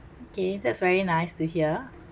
okay that's very nice to hear